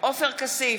עופר כסיף,